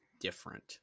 different